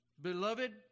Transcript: Beloved